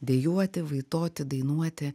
dejuoti vaitoti dainuoti